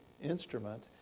instrument